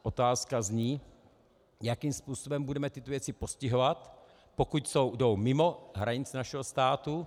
Otázka zní, jakým způsobem budeme tyto věci postihovat, pokud jdou mimo hranice našeho státu.